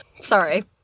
Sorry